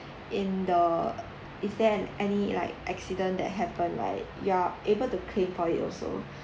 in the if there an~ any like accident that happened right you're able to claim for it also